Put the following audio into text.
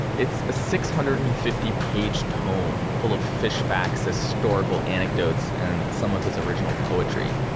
it's a six hundred and fifty page tome, full of fish facts, historical anecdotes, and some of his original poetry.